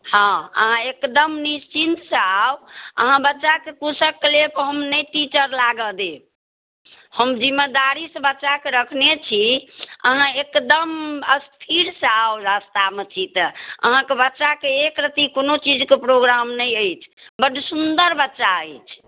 हँ अहाँ एकदम निश्चिन्तसँ आउ अहाँ बच्चाके कुशलके लेल हम नहि टीचर लागय देब हम जिम्मेदारीसँ बच्चाकेँ रखने छी अहाँ एकदम स्थिरसँ आउ रास्तामे छी तऽ अहाँके बच्चाकेँ एक रत्ती कोनो चीजके प्रोग्राम नहि अछि बड्ड सुन्दर बच्चा अछि